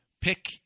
pick